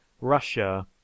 Russia